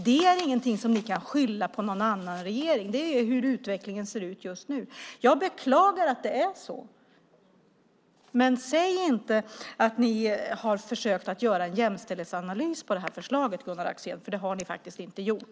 Det är ingenting som ni kan skylla på någon annan regering. Det är hur utvecklingen ser ut just nu. Jag beklagar att det är så. Men säg inte att ni har försökt att göra en jämställdhetsanalys av det här förslaget, Gunnar Axén, för det har ni faktiskt inte gjort.